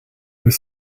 was